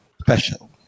special